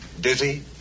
Dizzy